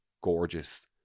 gorgeous